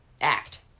act